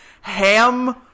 Ham